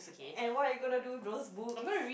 and what are you gonna do with those books